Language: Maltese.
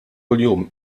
kuljum